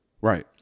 Right